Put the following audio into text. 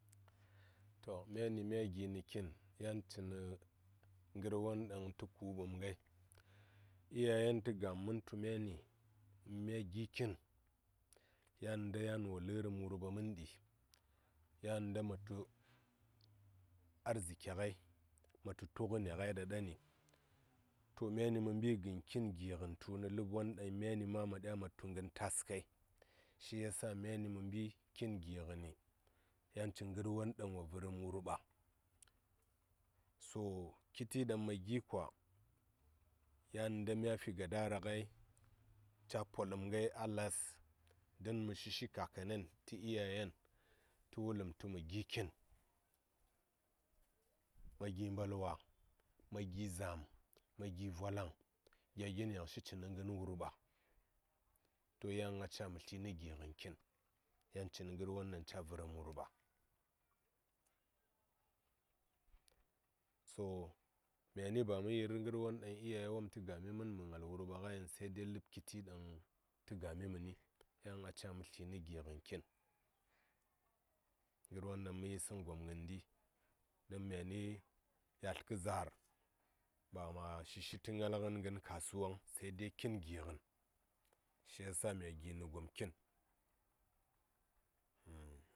To myani mya gini kin yancini ngər won ɗaŋ tə kuu mɓəm ngai iyayen tə ga mən tu mya ni mya gi kin yani inta wo lərəm wurɓa məndi ma tu arziki ngai matu tu ngəni ngai ɗa ɗani mə yel gən ki gi ngən nə ngər won ɗaŋ ma dya matu ngən tas kai shi ya myani mə mbi kingi ngəni yan cini ngər won ɗaŋ wo vərəm wurɓa so kiti ɗaŋ mə gi kwa yani ngən mya fi gadara ngai caa poləm ngai a las donmə shi shi kakanen tə iyayen tə wuləm tu mə gi kin ma gi mbalwa ma gi zam ma givolaŋ gya gi yaŋ shi cini ngən wurɓa to yan a ca mə tli nə gi ngən kin yan cini ngər won ɗaŋ ca vərəm wurɓa so myani ba mə yir ngər won ɗaŋ iyaye tə gami mən mə ngal wurɓa nga yiŋ se de ləb kiti ɗaŋ tə gami məni yan a caa mə tli nə gi ngən kin ngər won ɗaŋ mə yisaŋ gom ngəndi yalt kə zaar ba ma shi shi tə ngal ngən gən kasuwaŋ se de kin gi ngən shi ya sa mya gini gom kin.